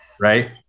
Right